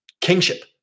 kingship